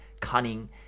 cunning